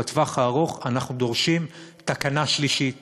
ובטווח הארוך אנחנו דורשים תקנה שלישית